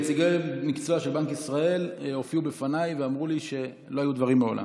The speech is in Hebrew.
נציגי מקצוע של בנק ישראל הופיעו בפניי ואמרו לי שלא היו דברים מעולם.